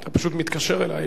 אתה פשוט מתקשר אלי